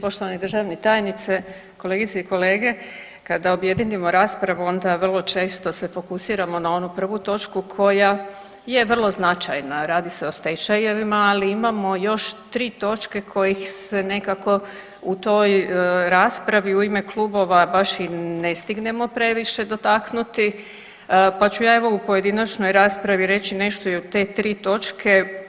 Poštovani državni tajniče, kolegice i kolege kada objedinimo raspravu onda vrlo često se fokusiramo na onu prvu točku koja je vrlo značajna radi se o stečajevima, ali imamo još 3 točke kojih se nekako u toj raspravi u ime klubova baš i ne stignemo previše dotaknuti pa ću ja evo u pojedinačnoj raspravi reći nešto i o te tri točke.